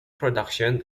productions